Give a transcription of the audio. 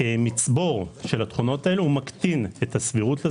המצבור של התכונות האלה מקטין את הסבירות,